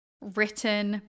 written